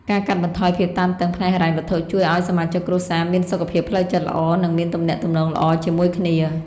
ការកាត់បន្ថយភាពតានតឹងផ្នែកហិរញ្ញវត្ថុជួយឱ្យសមាជិកគ្រួសារមានសុខភាពផ្លូវចិត្តល្អ និងមានទំនាក់ទំនងល្អជាមួយគ្នា។